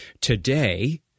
Today